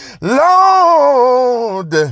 Lord